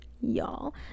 Y'all